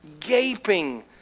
gaping